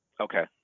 Okay